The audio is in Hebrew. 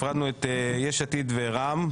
הפרדנו את יש עתיד ורע"מ,